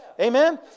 amen